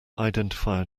identifier